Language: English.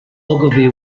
ogilvy